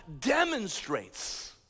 demonstrates